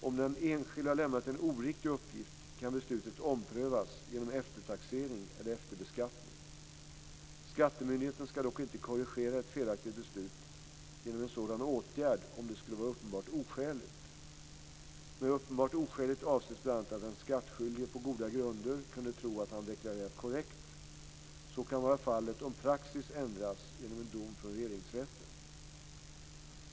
Om den enskilde har lämnat en oriktig uppgift kan beslutet omprövas genom eftertaxering eller efterbeskattning. Skattemyndigheten ska dock inte korrigera ett felaktigt beslut genom en sådan åtgärd om det skulle vara uppenbart oskäligt. Med uppenbart oskäligt avses bl.a. att den skattskyldige på goda grunder kunde tro att han deklarerat korrekt. Så kan vara fallet om praxis ändras genom en dom från Regeringsrätten.